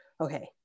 okay